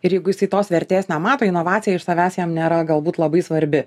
ir jeigu jisai tos vertės nemato inovacija iš savęs jam nėra galbūt labai svarbi